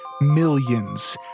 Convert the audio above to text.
millions